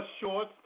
short